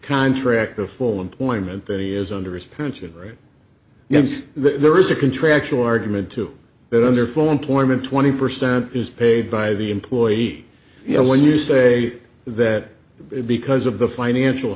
contract of full employment than he is under his parents are very you know there is a contractual argument to that under full employment twenty percent is paid by the employee you know when you say that because of the financial